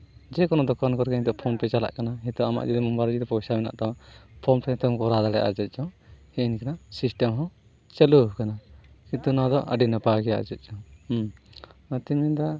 ᱡᱮᱠᱳᱱᱳ ᱫᱚᱠᱟᱱ ᱠᱚᱨᱮ ᱜᱮ ᱱᱤᱛᱳᱜ ᱯᱷᱳᱱ ᱯᱮ ᱪᱟᱞᱟᱜ ᱠᱟᱱᱟ ᱱᱤᱛᱳᱜ ᱟᱢᱟᱜ ᱡᱩᱫᱤ ᱢᱳᱵᱟᱭᱤᱞ ᱡᱩᱫᱤ ᱯᱚᱭᱥᱟ ᱢᱮᱱᱟᱜ ᱛᱟᱢᱟ ᱯᱷᱳᱱ ᱯᱮ ᱛᱮᱢ ᱠᱚᱨᱟᱣ ᱫᱟᱲᱮᱭᱟᱜᱼᱟ ᱪᱮᱫ ᱪᱚᱝ ᱦᱮᱸᱜᱼᱮ ᱱᱤᱝᱠᱟᱹᱱᱟᱜ ᱥᱤᱥᱴᱮᱢ ᱦᱚᱸ ᱪᱟ ᱞᱩᱣᱟᱠᱟᱱᱟ ᱠᱤᱱᱛᱩ ᱱᱚᱣᱟ ᱫᱚ ᱟᱹᱰᱤ ᱱᱟᱯᱟᱭ ᱜᱮᱭᱟ ᱟᱨ ᱪᱮᱫ ᱪᱚᱝ ᱦᱩᱸ ᱚᱱᱟᱛᱤᱧ ᱢᱮᱱᱫᱟ